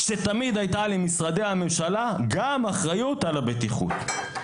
שתמיד הייתה למשרדי הממשלה אחריות גם על הבטיחות.